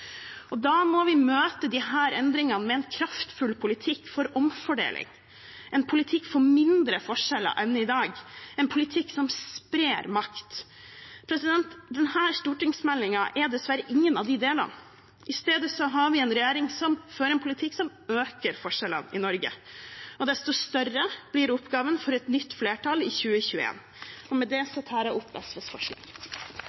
nå. Da må vi møte disse endringene med en kraftfull politikk for omfordeling, en politikk for mindre forskjeller enn i dag, en politikk som sprer makt. Denne stortingsmeldingen gjør dessverre ikke det. I stedet har vi en regjering som fører en politikk som øker forskjellene i Norge. Desto større blir oppgaven for et nytt flertall i 2021. Med det